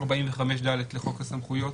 45ד לחוק הסמכויות